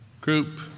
group